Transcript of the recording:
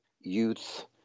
youth